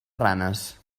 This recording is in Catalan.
ranes